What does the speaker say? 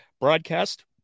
broadcast